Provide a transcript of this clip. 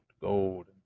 gold